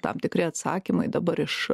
tam tikri atsakymai dabar iš